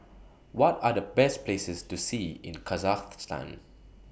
What Are The Best Places to See in Kazakhstan